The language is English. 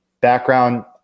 background